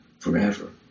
forever